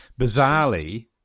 bizarrely